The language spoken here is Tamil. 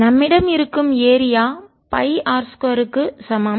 நம்மிடம் இருக்கும் ஏரியா pi r2 க்கு சமம்